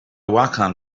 wacom